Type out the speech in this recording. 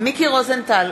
מיקי רוזנטל,